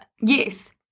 Yes